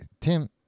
Tim